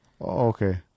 okay